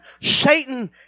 Satan